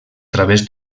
través